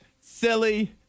silly